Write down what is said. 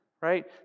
right